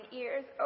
ears